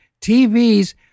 TVs